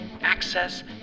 access